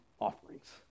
offerings